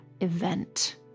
event